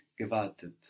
gewartet